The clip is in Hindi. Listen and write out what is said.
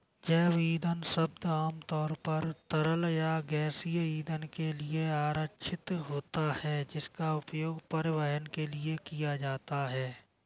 जैव ईंधन शब्द आमतौर पर तरल या गैसीय ईंधन के लिए आरक्षित होता है, जिसका उपयोग परिवहन के लिए किया जाता है